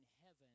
heaven